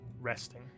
resting